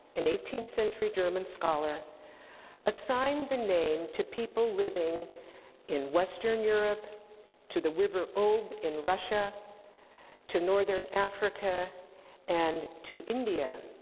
an eighteenth century german scholar assigned the name to people living in western europe to the river ob in russia to northern africa and to india,